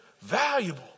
valuable